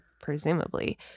presumably